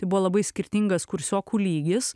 tai buvo labai skirtingas kursiokų lygis